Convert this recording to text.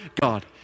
God